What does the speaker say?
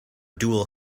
dual